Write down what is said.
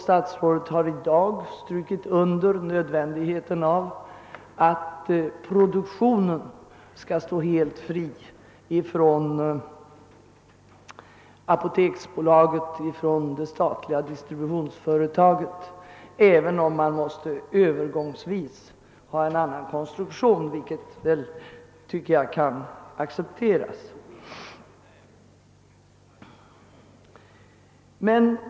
Statsrådet Aspling har också i dag strukit under nödvändigheten av att produktionen står helt fri från apoteksbolaget och det statliga distributionsföretaget, även om man Öövergångsvis måste ha en annan konstruktion, vilket jag tycker kan accepteras.